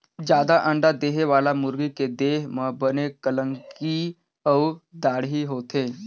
जादा अंडा देहे वाला मुरगी के देह म बने कलंगी अउ दाड़ी होथे